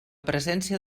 presència